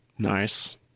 Nice